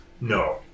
No